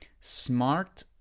SMART